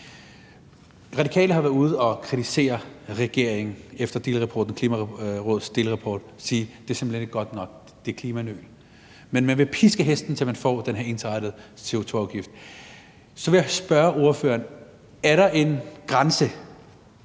Radikale har været ude at kritisere regeringen efter Klimarådets delrapport og sagt, at det simpelt hen ikke er godt nok. At det er klimanøl. Men man vil piske hesten, så man får den her ensartede CO2-afgift. Så vil jeg spørge ordføreren: Er der en grænse